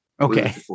Okay